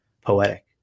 poetic